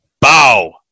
Bow